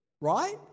right